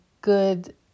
good